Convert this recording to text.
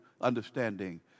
understanding